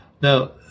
Now